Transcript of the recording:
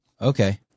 Okay